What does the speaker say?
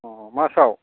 अ मासआव